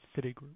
Citigroup